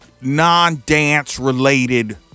non-dance-related